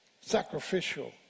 sacrificial